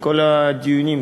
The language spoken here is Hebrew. כל הדיונים,